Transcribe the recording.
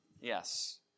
Yes